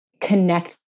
connect